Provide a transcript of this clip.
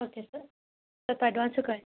okay sir ಸ್ವಲ್ಪ advance ಕಳ್ಸಿ